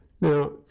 Now